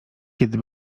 kiedy